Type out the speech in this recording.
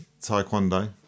taekwondo